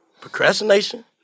Procrastination